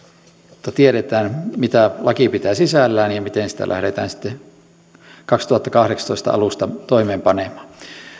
jotta tiedetään mitä laki pitää sisällään ja miten sitä lähdetään sitten kaksituhattakahdeksantoista alusta toimeenpanemaan